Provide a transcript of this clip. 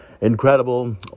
Incredible